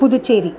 पुदुचेरिः